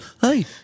Hey